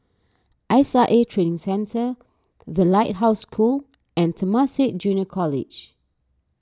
S I A Training Centre the Lighthouse School and Temasek Junior College